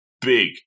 big